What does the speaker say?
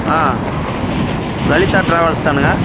Lalitha travels தானேங்க